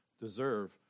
deserve